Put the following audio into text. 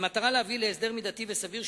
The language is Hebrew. במטרה להביא להסדר מידתי וסביר,